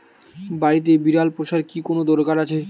বাড়িতে বিড়াল পোষার কি কোন দরকার আছে?